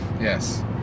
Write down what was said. Yes